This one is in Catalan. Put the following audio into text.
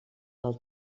del